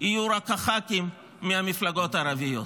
יהיו רק הח"כים מהמפלגות הערביות.